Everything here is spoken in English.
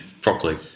properly